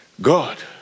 God